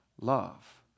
love